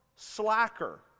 slacker